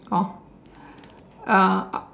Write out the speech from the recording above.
orh ah